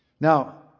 Now